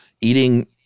eating